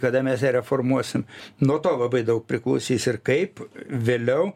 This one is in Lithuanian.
kada mes ją reformuosim nuo to labai daug priklausys ir kaip vėliau